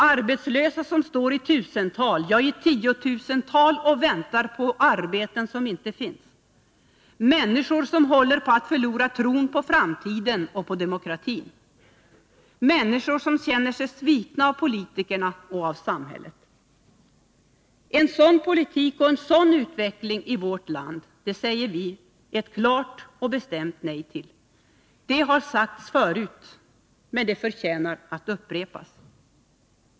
Arbetslösa som står i tusental, ja i tiotusental, och väntar på arbeten som inte finns. Människor som håller på att förlora tron på framtiden och på demokratin. Människor som känner sig svikna av politikerna och av samhället. En sådan politik och en sådan utveckling i vårt land säger vi socialdemokrater ett klart och bestämt nej till. Det har sagts förut, men det förtjänar att upprepas.